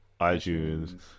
iTunes